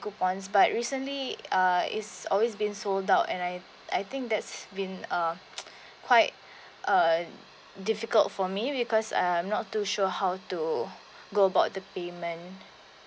coupons but recently uh it's always been sold out and I I think that's been uh quite uh difficult for me because I am not too sure how to go about the payment